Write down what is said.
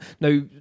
now